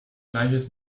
gleiches